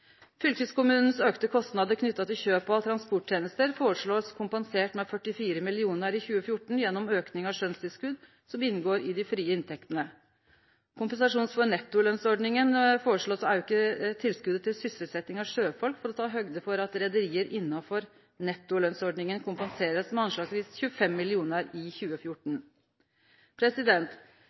Fylkeskommunens auka kostnader knytt til kjøp av transporttenester foreslår ein blir kompensert med 44 mill. kr i 2014 gjennom auken av skjønstilskott som inngår i dei frie inntektene. Kompensasjon for nettolønsordninga: Ein foreslår å auke tilskottet til sysselsetjing av sjøfolk for å ta høgde for at reiarlaga innafor nettolønsordninga blir kompenserte med anslagsvis 25 mill. kr i 2014.